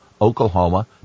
Oklahoma